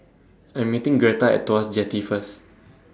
I Am meeting Gretta At Tuas Jetty First